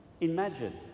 Imagine